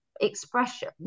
expression